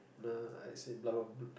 uh I say blah blah blah